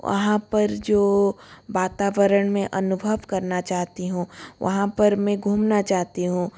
वहाँ पर जो वातावरण में अनुभव करना चाहती हूँ वहाँ पर मैं घूमना चाहती हूँ